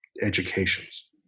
educations